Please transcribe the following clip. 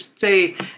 say